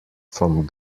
from